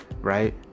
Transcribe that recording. Right